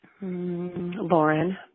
Lauren